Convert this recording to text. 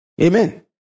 Amen